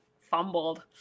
fumbled